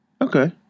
Okay